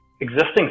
existing